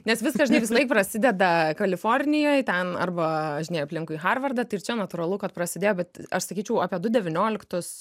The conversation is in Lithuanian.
nes viskas žinai visą laik prasideda kalifornijoj ten arba važinėja aplinkui harvardą tai čia natūralu kad prasidėjo bet aš sakyčiau apie du devynioliktus